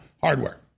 hardware